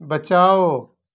बचाओ